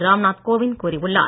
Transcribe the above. ராம் நாத் கோவிந்த் கூறியுள்ளார்